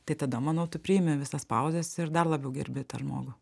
tai tada manau tu priimi visas pauzes ir dar labiau gerbi tą žmogų